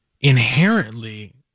inherently